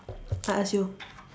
I ask you